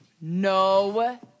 No